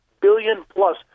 billion-plus